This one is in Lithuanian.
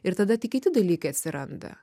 ir tada tik kiti dalykai atsiranda